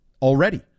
Already